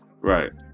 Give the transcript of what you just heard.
Right